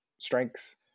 strengths